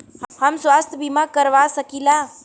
हम स्वास्थ्य बीमा करवा सकी ला?